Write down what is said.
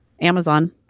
Amazon